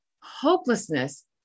Hopelessness